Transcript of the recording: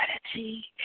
strategy